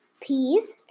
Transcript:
peas